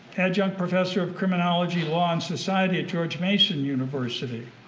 adjunct professor of criminology, law, and society at george mason university.